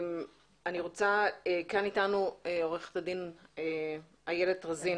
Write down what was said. כאן איתנו עורכת הדין איילת רזין